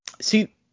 See